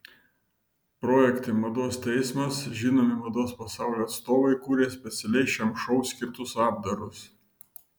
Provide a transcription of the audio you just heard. projekte mados teismas žinomi mados pasaulio atstovai kūrė specialiai šiam šou skirtus apdarus